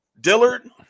Dillard